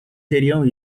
teriam